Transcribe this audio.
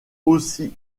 aussi